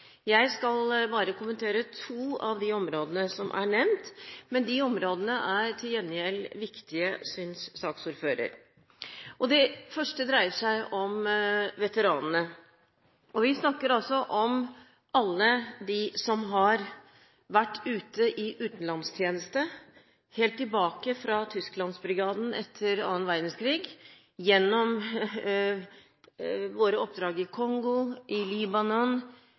Jeg skal bare kommentere to av de områdene som er nevnt, men de områdene er til gjengjeld viktige, synes saksordføreren. Det første dreier seg om veteranene. Vi snakker altså om alle de som har vært ute i utenlandstjeneste – helt tilbake til Tysklandsbrigaden etter annen verdenskrig, gjennom våre oppdrag i Kongo, i